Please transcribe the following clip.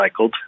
recycled